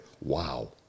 wow